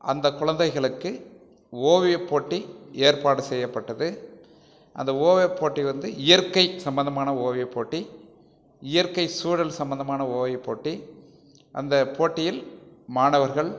அந்தக் குழந்தைகளுக்கு ஓவியப்போட்டி ஏற்பாடு செய்யப்பட்டது அந்த ஓவியப்போட்டி வந்து இயற்கை சம்பந்தமான ஓவியப்போட்டி இயற்கை சூழல் சம்பந்தமான ஓவியப்போட்டி அந்த போட்டியில் மாணவர்கள்